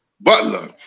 Butler